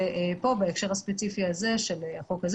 בהקשר של החוק הזה,